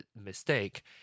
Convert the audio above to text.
mistake